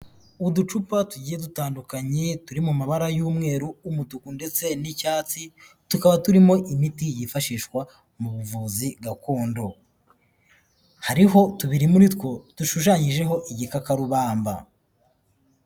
Uducupa tugiye dutandukanye turi mu mabara y'umweru, umutuku ndetse n'icyatsi, tukaba turimo imiti yifashishwa mu buvuzi gakondo, hariho tubiri muri two dushushanyijeho igikakarubamba.